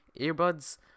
earbuds